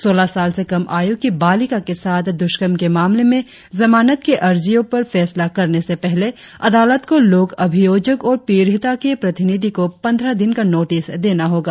सोलह साल से कम आयु की बालिका के साथ दुष्कर्म के मामले में जमानत की अर्जियों पर फैसला करने से पहले अदालत को लोक अभियोजक और पीड़िता के प्रतिनिधि को पंद्रह दिन का नोटिस देना होगा